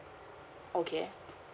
okay